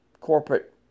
corporate